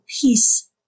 peace